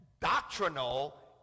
doctrinal